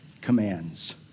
commands